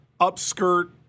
upskirt